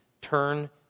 turn